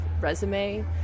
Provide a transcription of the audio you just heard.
resume